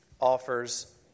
offers